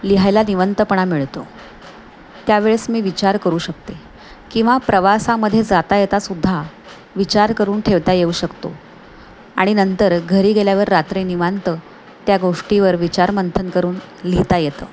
लिहायला निवंतपणा मिळतो त्यावेळेस मी विचार करू शकते किंवा प्रवासामध्ये जाता येतासुद्धा विचार करून ठेवता येऊ शकतो आणि नंतर घरी गेल्यावर रात्री निवांत त्या गोष्टीवर विचारमंथन करून लिहिता येतं